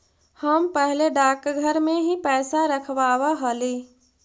हम पहले डाकघर में ही पैसा रखवाव हली